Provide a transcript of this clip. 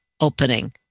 opening